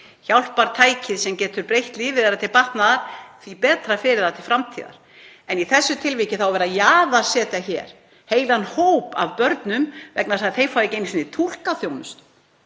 hjálpartækið sem getur breytt lífi þeirra til batnaðar því betra fyrir þau til framtíðar. En í þessu tilviki þá er verið að jaðarsetja hér heilan hóp af börnum vegna þess að þau fá ekki einu sinni túlkaþjónustu.